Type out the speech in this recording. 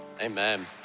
Amen